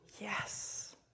Yes